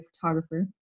photographer